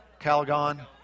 calgon